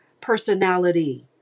personality